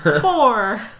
Four